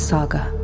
Saga